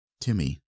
Timmy